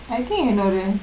I think இன்னொ ஒறு:inno oru